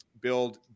build